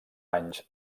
anys